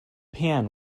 pan